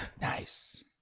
Nice